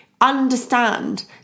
understand